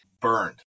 Burned